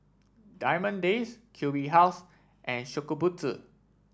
Diamond Days Q B House and Shokubutsu